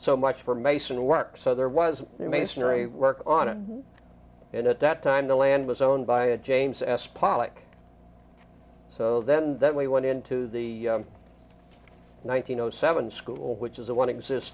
so much for mason work so there was masonry work on it and at that time the land was owned by a james s pollock so then that we went into the one thousand nine hundred seven school which is a one exist